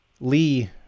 Lee